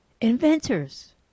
inventors